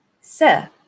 Sir